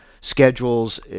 schedules